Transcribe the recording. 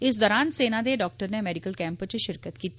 इस दरान सेना दे डाक्टर नै मेडिकल कैंप च षिरकत कीती